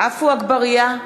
עפו אגבאריה,